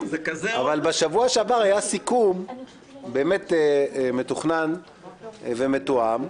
אבל בשבוע שעבר היה סיכום באמת מתוכנן ומתואם,